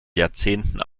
jahrzehnten